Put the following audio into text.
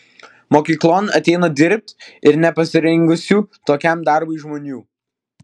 mokyklon ateina dirbti ir nepasirengusių tokiam darbui žmonių